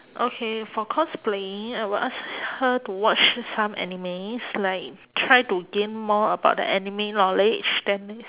okay for cosplaying I will ask her to watch some animes like try to gain more about the anime knowledge then